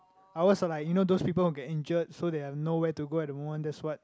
ours is like you know those people will get injured so they have no where to go at the moment that's what